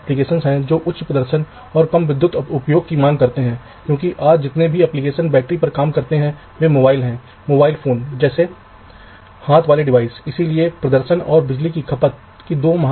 इसलिए जब आप वीडीडी और ग्राउंड सिग्नल को चिप्स में वितरित कर रहे हैं तो घड़ी के साथ एक समानता यह है कि टर्मिनल बिंदुओं की संख्या संख्या में बड़ी है